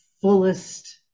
fullest